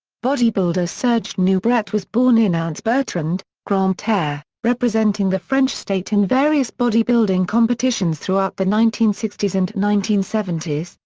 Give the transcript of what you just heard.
bodybuilder serge nubret was born in anse-bertrand, grande-terre, representing the french state in various bodybuilding competitions throughout the nineteen sixty s and nineteen seventy s,